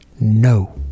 no